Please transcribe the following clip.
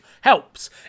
helps